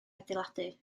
adeiladu